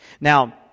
Now